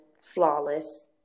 flawless